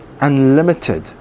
unlimited